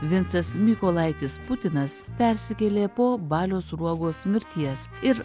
vincas mykolaitis putinas persikėlė po balio sruogos mirties ir